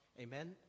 Amen